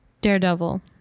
Daredevil